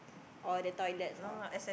or the toilets or